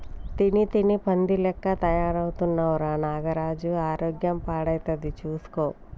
తిని తిని పంది లెక్క తయారైతున్నవ్ రా నాగరాజు ఆరోగ్యం పాడైతది చూస్కో